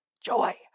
Joy